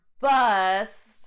bust